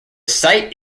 site